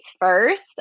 first